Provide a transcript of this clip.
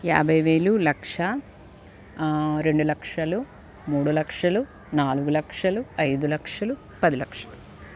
యాభై వేలు లక్ష రెండు లక్షలు మూడు లక్షలు నాలుగు లక్షలు ఐదు లక్షలు పది లక్షలు